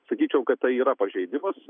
sakyčiau kad tai yra pažeidimas